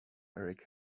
erik